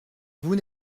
vous